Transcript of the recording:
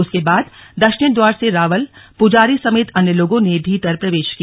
उसके बाद दक्षिण द्वार से रावल पुजारी समेत अन्य लोगों ने भीतर प्रवेश किया